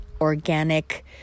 organic